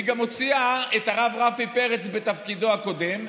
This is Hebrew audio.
היא גם הוציאה את הרב רפי פרץ, בתפקידו הקודם,